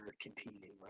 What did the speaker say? competing